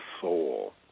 soul